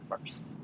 first